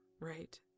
right